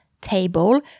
table